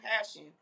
passion